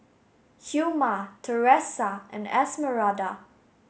Hilma Teresa and Esmeralda